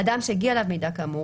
אדם שהגיע אליו מידע כאמור,